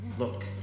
Look